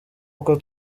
uko